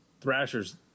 thrasher's